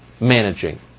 managing